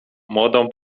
młodą